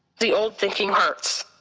the old thinking hurts.